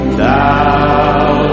thou